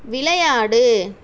விளையாடு